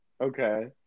Okay